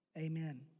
Amen